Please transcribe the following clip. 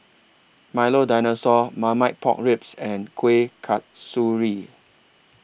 Milo Dinosaur Marmite Pork Ribs and Kuih Kasturi